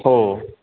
हो